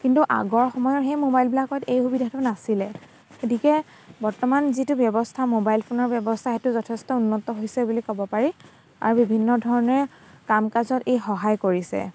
কিন্তু আগৰ সময়ৰ সেই মোবাইলবিলাকত এই সুবিধাটো নাছিলে গতিকে বৰ্তমান যিটো ব্যৱস্থা মোবাইল ফোনৰ ব্যৱস্থা সেইটো যথেষ্ট উন্নত হৈছে বুলি ক'ব পাৰি আৰু বিভিন্ন ধৰণে কাম কাজত ই সহায় কৰিছে